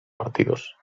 partidos